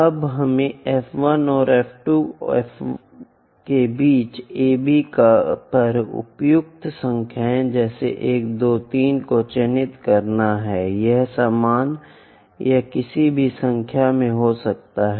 अब हमें F 1 और F 2 F 1 और F 2 के बीच AB पर उपयुक्त संख्याओं जैसे 1 2 3 को चिह्नित करना है यह समान या किसी भी संख्या में हो सकता है